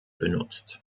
benutzt